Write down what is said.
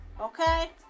okay